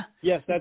Yes